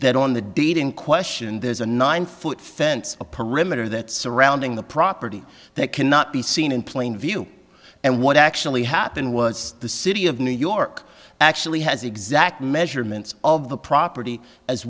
that on the deed in question there's a nine foot fence a perimeter that surrounding the property that cannot be seen in plain view and what actually happened was the city of new york actually has exact measurements of the property as